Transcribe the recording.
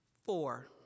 Four